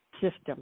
system